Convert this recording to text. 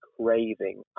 craving